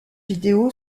vidéo